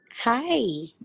Hi